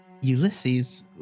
Ulysses